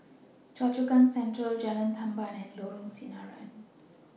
Choa Chu Kang Central Jalan Tamban and Lorong Sinaran